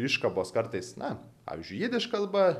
iškabos kartais na pavyzdžiui jidiš kalba